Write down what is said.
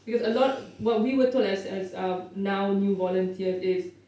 because a lot what we were told as as now new volunteers is